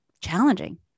challenging